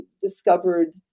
discovered